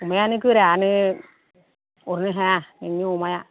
अमायानो गोरायानो अरनो हाया नोंनि अमाया